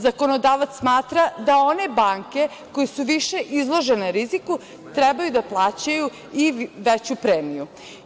Zakonodavac smatra da one banke koje su više izložene riziku treba da plaćaju i veću premiju.